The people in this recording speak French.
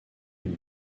une